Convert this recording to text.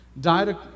died